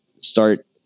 start